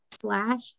slash